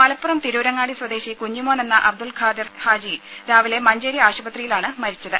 മലപ്പുറം തിരൂരങ്ങാടി സ്വദേശി കുഞ്ഞിമോൻ എന്ന അബ്ദുൾ ഖാദിർ ഹാജി രാവിലെ മഞ്ചേരി ആശുപത്രിയിലാണ് മരിച്ചത്